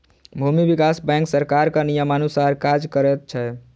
भूमि विकास बैंक सरकारक नियमानुसार काज करैत छै